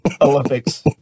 Olympics